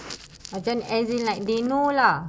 macam as in like they know lah